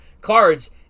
cards